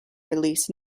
release